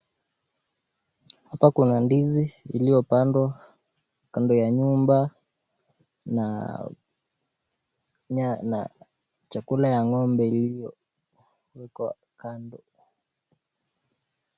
Hapa kuna ndizi iliyopandwa kando ya nyumba na chakula ya ng'ombe iliyowekwa kando.